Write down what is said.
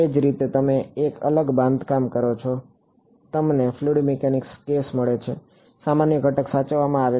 એ જ રીતે તમે એક અલગ બાંધકામ કરો છો તમને ફ્લુઇડ મિકેનિક્સ કેસ મળે છે સામાન્ય ઘટક સાચવવામાં આવે છે